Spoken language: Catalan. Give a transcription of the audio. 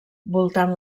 voltant